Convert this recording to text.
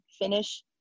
finish